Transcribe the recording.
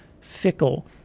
fickle